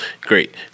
great